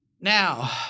Now